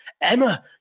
Emma